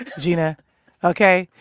gina ok.